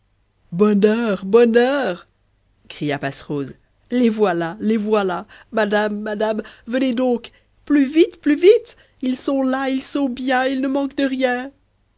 bonheur bonheur cria passerose les voilà les voilà madame madame venez donc plus vite plus vite ils sont là ils sont bien ils ne manquent de rien